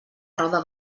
roda